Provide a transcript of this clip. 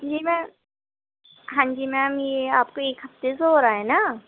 جی میں ہاں جی میم یہ آپ کو ایک ہفتے سے ہو رہا ہے نا